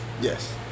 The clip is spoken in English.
Yes